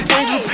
Angel